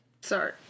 Sorry